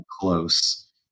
close